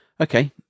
okay